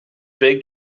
big